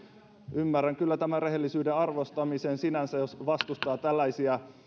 ymmärrän kyllä tämän rehellisyyden arvostamisen sinänsä jos vastustaa tällaisia